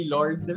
Lord